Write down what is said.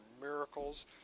miracles